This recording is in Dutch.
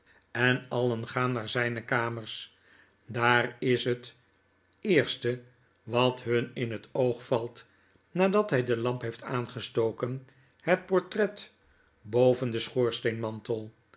en alien gaan naar zijne kamers daar is het eerste wat hun in het oog valt nadat hij de lamp heeft aangestoken het portret boven den